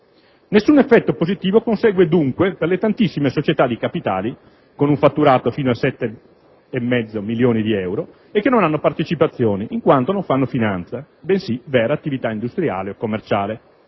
Nessun effetto positivo consegue dunque per le tantissime società di capitali con un fatturato fino a 7,5 milioni di euro e che non hanno partecipazioni, in quanto non fanno finanza, bensì vera attività industriale e commerciale.